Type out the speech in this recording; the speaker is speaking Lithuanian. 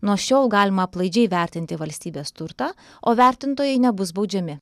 nuo šiol galima aplaidžiai vertinti valstybės turtą o vertintojai nebus baudžiami